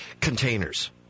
containers